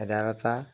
ভেদাইলতা